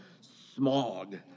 smog